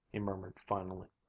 he murmured finally,